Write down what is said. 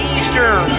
Eastern